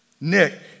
Nick